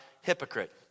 hypocrite